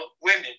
women